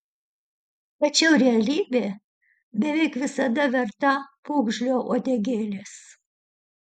tačiau realybė beveik visada verta pūgžlio uodegėlės